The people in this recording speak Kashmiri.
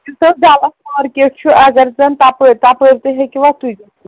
یُس حظ ڈلس مارکیٹ چھُ اَگر زَن تپٲرۍ تپٲرۍ تہِ ہیٚکِواہ تُہۍ